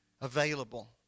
available